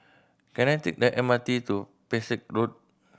can I take the M R T to Pesek Road